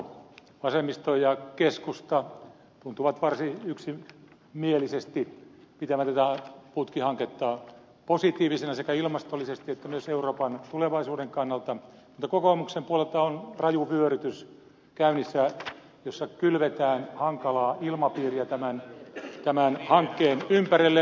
vasemmisto ja keskusta tuntuvat varsin yksimielisesti pitävän tätä putkihanketta positiivisena sekä ilmastollisesti että myös euroopan tulevaisuuden kannalta mutta kokoomuksen puolelta on raju vyörytys käynnissä jossa kylvetään hankalaa ilmapiiriä tämän hankkeen ympärille